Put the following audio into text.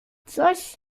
coś